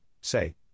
say